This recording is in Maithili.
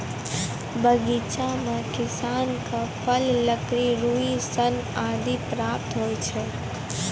बगीचा सें किसान क फल, लकड़ी, रुई, सन आदि प्राप्त होय छै